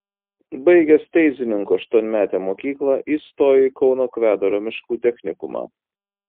baigęs teizininkų aštuonmetę mokyklą įstojo į kauno kvedaro miškų technikumą